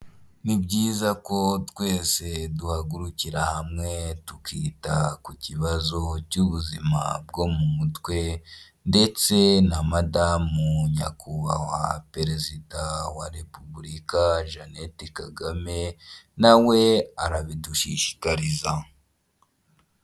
Nibyiza ko twese duhagurukira hamwe tukita ku kibazo cy'ubuzima bwo mu mutwe ndetse na madamu nyakubahwa perezida wa repubulika jeannette kagame nawe arabidushishikariza.